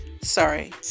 sorry